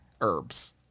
herbs